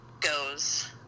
goes